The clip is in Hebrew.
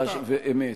אמת.